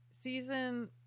Season